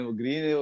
green